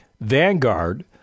Vanguard